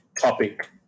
topic